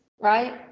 right